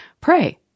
pray